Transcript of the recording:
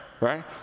Right